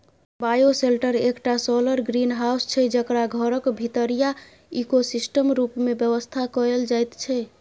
bioshelter एकटा solar greenhouse छै जकरा घरक भीतरीया इकोसिस्टम रुप मे बेबस्था कएल जाइत छै